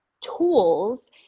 tools